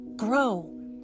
Grow